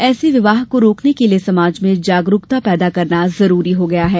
ऐसे विवाह को रोकने के लिये समाज में जागरूकता पैदा करना जरूरी हो गया है